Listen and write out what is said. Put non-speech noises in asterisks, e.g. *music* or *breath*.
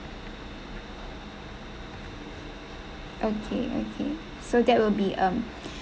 okay okay so that will be um *breath*